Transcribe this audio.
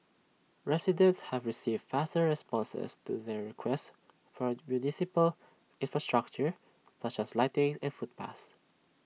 residents have received faster responses to their requests for municipal infrastructure such as lighting and footpaths